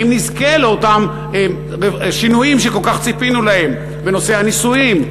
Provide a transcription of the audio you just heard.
האם נזכה לאותם שינויים שכל כך ציפינו להם בנושא הנישואין,